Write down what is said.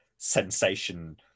sensation